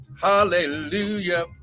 Hallelujah